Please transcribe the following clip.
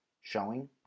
showing